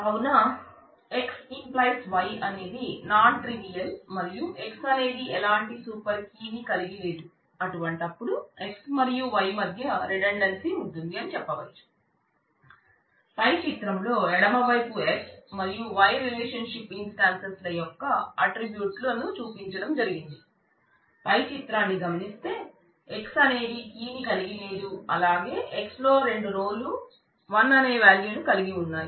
కావున X→ Y అనేది non trivial చూపించడం జరిగింది పై చిత్రాన్ని గమనిస్తే X అనేది కీ ని కలిగి లేదు అలాగే X లో రెండు రోలు "1"అనే వ్యాల్యూ ను కలిగి ఉన్నాయి